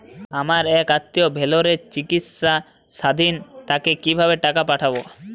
আমার এক আত্মীয় ভেলোরে চিকিৎসাধীন তাকে কি ভাবে টাকা পাঠাবো?